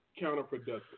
counterproductive